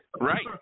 Right